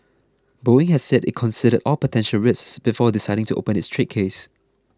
Boeing has said it considered all potential risks before deciding to open its trade case